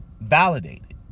validated